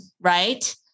right